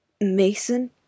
Mason